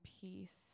peace